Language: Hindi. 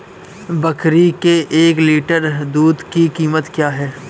बकरी के एक लीटर दूध की कीमत क्या है?